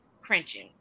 cringing